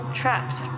trapped